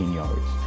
yards